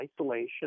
isolation